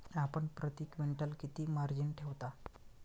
आपण प्रती क्विंटल किती मार्जिन ठेवता?